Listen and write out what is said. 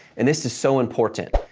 and this is so important.